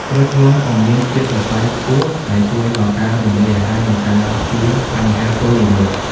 ក្រូចថ្លុងក៏មានជាតិសរសៃ ខ្ពស់ ដែលជួយដល់ការរំលាយអាហារ និងការពារបញ្ហាទល់លាមក។